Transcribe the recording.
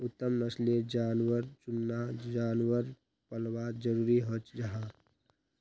उत्तम नस्लेर जानवर चुनना जानवर पल्वात ज़रूरी हं जाहा